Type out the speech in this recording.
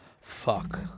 Fuck